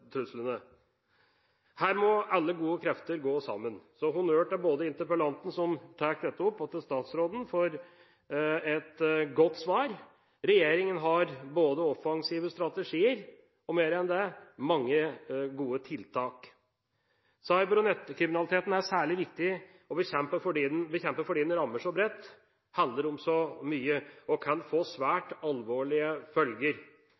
truslene. Her må alle gode krefter gå sammen, så honnør til både interpellanten, som tar opp dette, og til statsråden for et godt svar. Regjeringa har både offensive strategier og mer enn det, mange gode tiltak. Cyber- og nettkriminaliteten er særlig viktig å bekjempe fordi den rammer så bredt, handler om så mye og kan få svært alvorlige følger.